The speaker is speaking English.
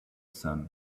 sun